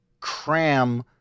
cram